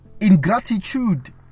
ingratitude